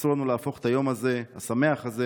אסור לנו להפוך את היום השמח הזה